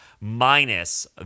minus